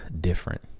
different